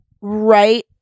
right